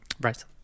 right